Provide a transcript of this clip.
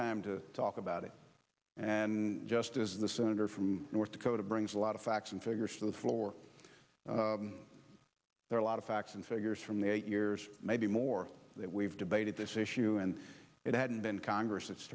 time to talk about it and just as the senator from north dakota brings a lot of facts and figures to the floor there are a lot of facts and figures from the eight years maybe more that we've debated this issue and it hadn't been congress it's